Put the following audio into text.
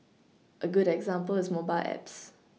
a good example is mobile apps